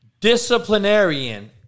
disciplinarian